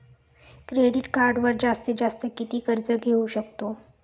Credit कार्डवर जास्तीत जास्त किती कर्ज घेऊ शकतो?